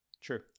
True